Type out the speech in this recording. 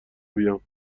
بیام